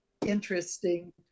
interesting